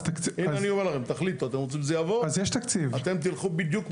הנה אני אומר לכם, תחליטו, אתם רוצים שזה יעבור?